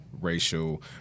racial